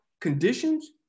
conditions